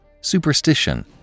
superstition